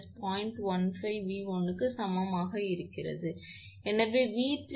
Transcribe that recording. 15𝑉1 க்கு சமமாக ஆகிறது எனவே 𝑉3 என்பது 1